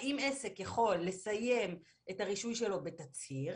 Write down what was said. האם עסק יכול לסיים את הרישוי שלו בתצהיר,